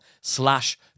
slash